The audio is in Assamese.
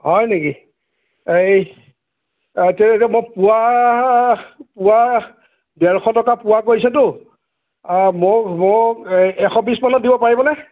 হয় নিকি এই তেয়া হ'লে মই পোৱা পোৱা ডেৰশ টকা পোৱা কৈছেতো অঁ মোক মোক এই এশ বিছ মানত দিব পাৰিবনে